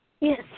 Yes